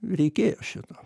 reikėjo šito